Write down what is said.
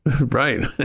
right